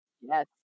Yes